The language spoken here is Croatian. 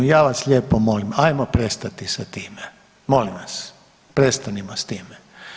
Ja vas lijepo molim, ajmo prestati sa time, molim vas, prestanimo s time.